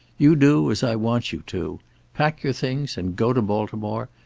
you do as i want you to pack your things and go to baltimore.